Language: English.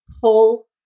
pull